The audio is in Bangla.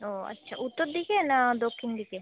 ও আচ্ছা উত্তর দিকে না দক্ষিণ দিকে